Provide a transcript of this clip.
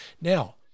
Now